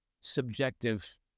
subjective